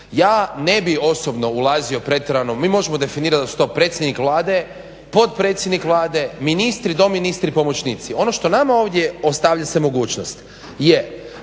ja ne bi osobno ulazio pretjerano. Mi možemo definirati da su to predsjednik Vlade, potpredsjednik Vlade, ministri, doministri i pomoćnici. Ovdje što nama ovdje ostavlja se mogućnost je